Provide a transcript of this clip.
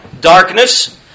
darkness